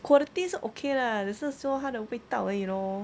quality 是 okay lah 只是说他的味道而已 lor